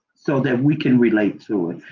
so that we can relate to it.